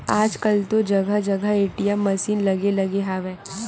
आजकल तो जगा जगा ए.टी.एम मसीन लगे लगे हवय